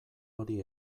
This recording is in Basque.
hori